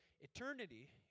eternity